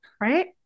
Right